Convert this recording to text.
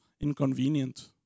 inconvenient